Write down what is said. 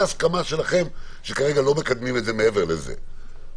הסכמה שלכם שכרגע לא מקדמים את זה מעבר לזה.